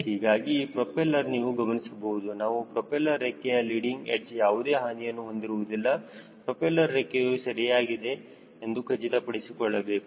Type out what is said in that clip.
ಹೀಗಾಗಿ ಈ ಪ್ರೊಪೆಲ್ಲರ್ ನೀವು ಗಮನಿಸಬಹುದು ನಾವು ಪ್ರೋಪೆಲ್ಲರ್ ರೆಕ್ಕೆಯ ಲೀಡಿಂಗ್ ಎಡ್ಚ್ಯಾವುದೇ ಹಾನಿಯನ್ನು ಹೊಂದಿರುವುದಿಲ್ಲ ಪ್ರೋಪೆಲ್ಲರ್ ರೆಕ್ಕೆಯು ಸರಿಯಾಗಿದೆ ಎಂದು ಖಚಿತಪಡಿಸಿಕೊಳ್ಳಬೇಕು